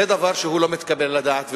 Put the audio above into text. זה דבר שהוא לא מתקבל על הדעת.